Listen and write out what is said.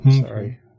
Sorry